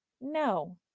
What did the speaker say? No